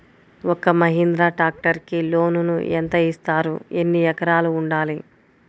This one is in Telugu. ఒక్క మహీంద్రా ట్రాక్టర్కి లోనును యెంత ఇస్తారు? ఎన్ని ఎకరాలు ఉండాలి?